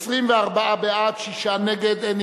חוק המועצה להשכלה גבוהה (תיקון מס' 17),